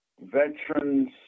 veterans